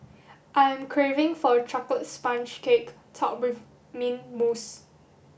I am craving for a chocolate sponge cake topped with mint mousse